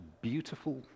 beautiful